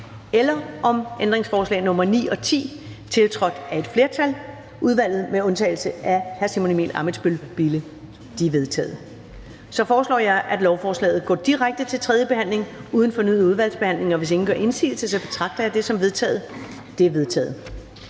om ændringsforslag nr. 1-4, tiltrådt af et flertal (udvalget med undtagelse af LA og Simon Emil Ammitzbøll-Bille (UFG))? De er vedtaget. Jeg foreslår, at lovforslaget går direkte til tredje behandling uden fornyet udvalgsbehandling. Hvis ingen gør indsigelse, betragter jeg dette som vedtaget. Det er vedtaget.